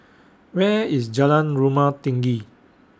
Where IS Jalan Rumah Tinggi